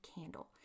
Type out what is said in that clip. candle